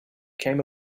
came